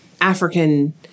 African